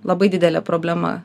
labai didelė problema